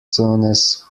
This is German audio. sohnes